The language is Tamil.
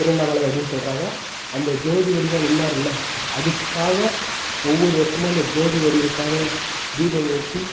திருவண்ணாமலை அப்படின் சொல்கிறாங்க அந்த ஜோதி வடிவம் நின்னாருல அதுக்காக ஒவ்வொரு வர்ஷமும் அந்த ஜோதி வடிவுக்காக தீபம் ஏற்றி